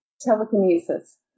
telekinesis